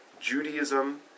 Judaism